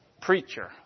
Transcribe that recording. preacher